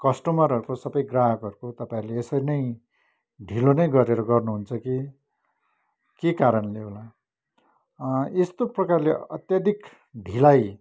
कस्टमरहरूको सबै ग्राहकहरूको तपाईँहरूले यसरी नै ढिलो नै गरेर गर्नु हुन्छ कि के कारणले होला यस्तो प्रकारले अत्याधिक ढिलाई